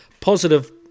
positive